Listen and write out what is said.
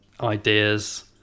ideas